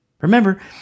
Remember